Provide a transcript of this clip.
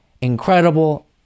incredible